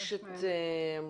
לא.